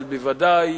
אבל ודאי